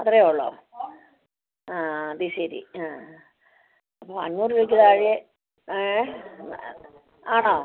അത്രേ ഉള്ളോ ഓ ആ അത് ശരി ആ ആ അപ്പോൾ അഞ്ഞൂറ് രൂപയ്ക്ക് താഴെ ആണോ